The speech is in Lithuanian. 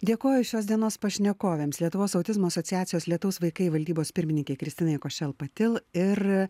dėkoju šios dienos pašnekovėms lietuvos autizmo asociacijos lietaus vaikai valdybos pirmininkei kristinai košel patil ir